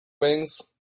wings